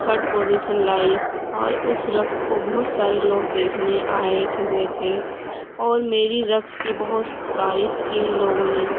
third position لائی اور اس رقص کو بہت سارے لوگ دیکھنے آئے تھے ہوئے تھے اور میری رقص کی بہت تعریف کی ان لوگوں نے